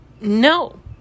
no